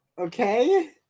Okay